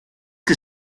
que